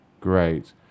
Great